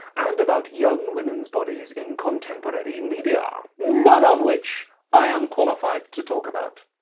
and about young women's bodies in contemporary media. none of which i am qualified to talk about!